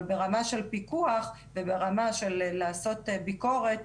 אבל ברמה של פיקוח, וברמה של לעשות ביקורת,